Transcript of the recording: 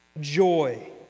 joy